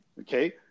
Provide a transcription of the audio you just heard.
Okay